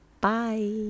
Bye